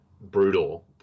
brutal